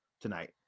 tonight